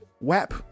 wap